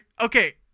Okay